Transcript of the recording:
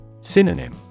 Synonym